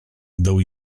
though